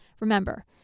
Remember